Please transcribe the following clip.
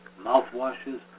mouthwashes